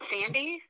Sandy